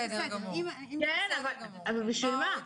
כן, אבל בשביל מה?